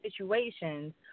situations